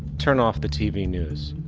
turn off the tv news.